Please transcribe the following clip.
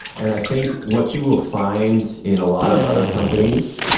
and i think what you will find in a lot of other companies,